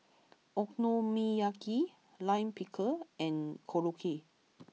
Okonomiyaki Lime Pickle and Korokke